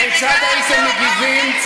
כיצד הייתם מגיבים,